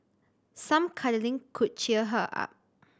some cuddling could cheer her up